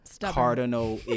cardinal